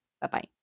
Bye-bye